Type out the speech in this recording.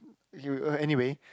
you uh anyway